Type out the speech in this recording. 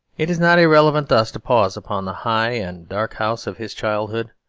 it is not irrelevant thus to pause upon the high and dark house of his childhood.